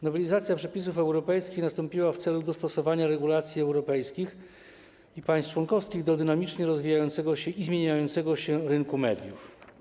Nowelizacja przepisów europejskich nastąpiła w celu dostosowania regulacji europejskich i państw członkowskich do dynamicznie rozwijającego się i zmieniającego się rynku mediów.